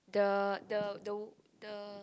the the the wo~ the